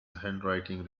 handwriting